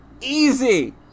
Easy